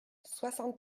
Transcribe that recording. soixante